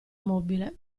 mobile